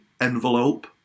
envelope